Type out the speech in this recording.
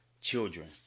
children